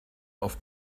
auf